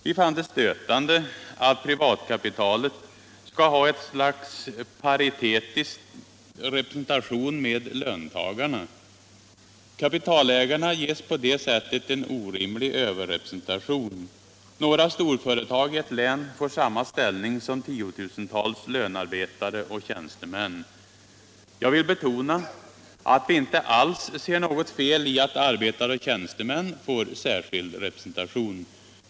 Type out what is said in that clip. Vi fann det stötande att privatkapitalet skall ha ett slags med löntagarna paritetisk representantion. Kapitalägarna ges på det sättet en orimlig överrepresentation. Några storföretag i ett län får samma ställning som tiotusentals lönarbetare och tjänstemän. Jag vill betona att vi inte alls ser något fel i att arbetare och tjänstemän får särskild representation.